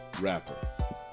rapper